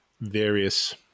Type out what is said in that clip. various